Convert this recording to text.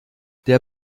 der